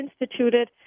instituted